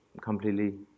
completely